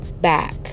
back